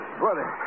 brother